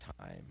time